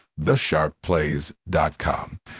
TheSharpPlays.com